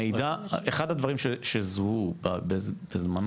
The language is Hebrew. המידע, אחד הדברים שזוהו בזמנו,